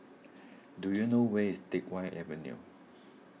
do you know where is Teck Whye Avenue